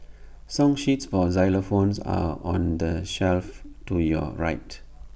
song sheets for xylophones are on the shelf to your right